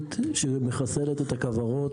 אקרית שמחסלת את הכוורות.